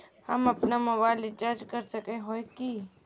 हम अपना mobile recharge कर सकय हिये की?